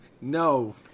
No